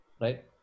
right